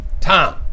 Tom